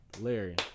Larry